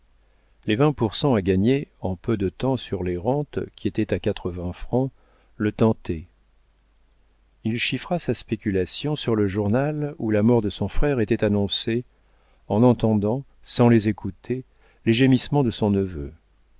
les vingt pour cent à gagner en peu de temps sur les rentes qui étaient à quatre-vingts francs le tentaient il chiffra sa spéculation sur le journal où la mort de son frère était annoncée en entendant sans les écouter les gémissements de son neveu